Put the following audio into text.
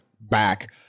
back